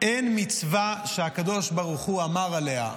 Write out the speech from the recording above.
אין מצווה שהקדוש ברוך הוא אמר עליה,